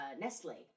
Nestle